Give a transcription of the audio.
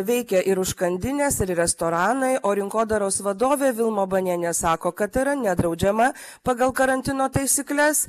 veikia ir užkandinės ir restoranai o rinkodaros vadovė vilma banienė sako kad yra nedraudžiama pagal karantino taisykles